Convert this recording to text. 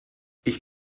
ich